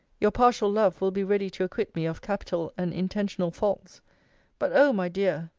your partial love will be ready to acquit me of capital and intentional faults but oh, my dear!